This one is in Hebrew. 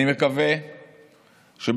אני מקווה שבעמדות